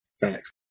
facts